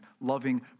loving